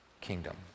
kingdom